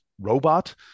robot